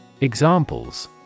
Examples